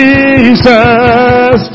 Jesus